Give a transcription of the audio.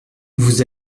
vous